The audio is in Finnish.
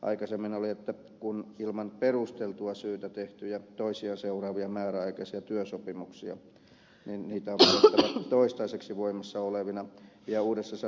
aikaisemmin oli niin että kun on ilman perusteltua syytä tehtyjä toisiaan seuraavia määräaikaisia työsopimuksia niin niitä on pidettävä toistaiseksi voimassa olevina ja uudessa sanotaan